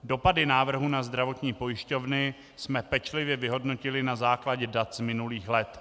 Dopady návrhu na zdravotní pojišťovny jsme pečlivě vyhodnotili na základě dat z minulých let.